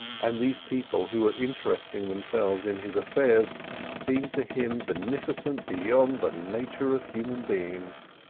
and these people who were interesting themselves in his affairs seemed to him beneficent beyond the nature of human beings.